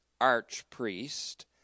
archpriest